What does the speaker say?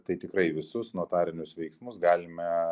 tai tikrai visus notarinius veiksmus galima